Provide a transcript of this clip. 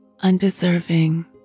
Undeserving